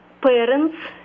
parents